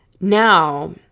Now